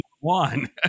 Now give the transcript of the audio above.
One